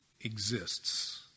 exists